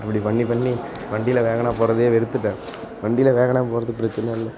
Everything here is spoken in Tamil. அப்படி பண்ணி பண்ணி வண்டியில வேகனாக போகறதையே வெறுத்துவிட்டேன் வண்டியில வேகனாக போகறது பிரச்சனை இல்லை